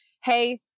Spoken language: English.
Hey